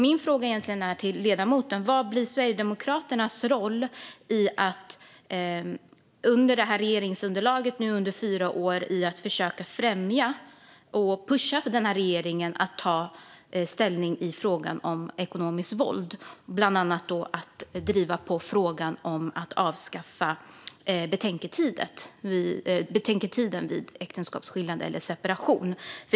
Min fråga till ledamoten är därför vad som blir Sverigedemokraternas roll i regeringsunderlaget för att under de kommande fyra åren försöka främja frågan och pusha regeringen att ta ställning i frågan om ekonomiskt våld, bland annat genom att driva frågan om att avskaffa betänketiden vid äktenskapsskillnad eller separation.